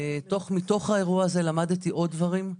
מתוך האירוע הזה למדתי עוד דברים.